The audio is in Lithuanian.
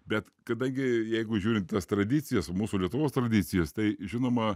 bet kadangi jeigu žiūrint tas tradicijas mūsų lietuvos tradicijas tai žinoma